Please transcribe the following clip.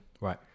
Right